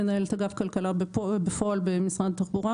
אני מנהלת אגף כלכלה בפועל במשרד התחבורה